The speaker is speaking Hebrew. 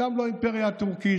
גם לא האימפריה הטורקית,